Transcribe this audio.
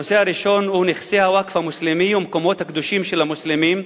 הנושא הראשון הוא נכסי הווקף המוסלמי והמקומות הקדושים למוסלמים,